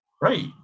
Right